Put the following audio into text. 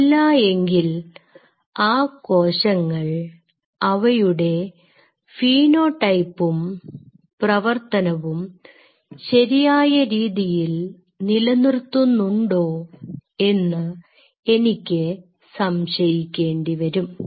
ഇല്ലായെങ്കിൽ ആ കോശങ്ങൾ അവയുടെ ഫീനോടൈപ്പും പ്രവർത്തനവും ശരിയായ രീതിയിൽ നിലനിർത്തുന്നുണ്ടോ എന്ന് എനിക്ക് സംശയിക്കേണ്ടി വരും